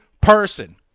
person